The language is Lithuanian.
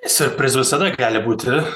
siurprizų visada gali būti